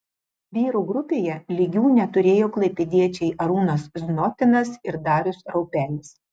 vyrų grupėje lygių neturėjo klaipėdiečiai arūnas znotinas ir darius raupelis